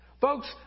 Folks